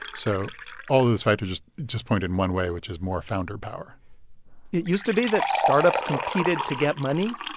so all those factors just just point in one way, which is more founder power it used to be that startups competed to get money.